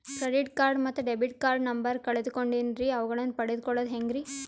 Credit card ಮತ್ತು debit card number ಕಳೆದುಕೊಂಡಿನ್ರಿ ಅವುಗಳನ್ನ ಪಡೆದು ಕೊಳ್ಳೋದು ಹೇಗ್ರಿ?